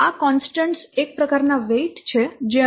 આ કોન્સ્ટન્ટ્સ એક પ્રકાર ના વેઇટ છે જે અનુક્રમે 0